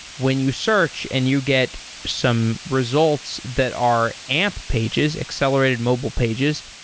when you search and you get some results that are amp pages, accelerated mobile pages,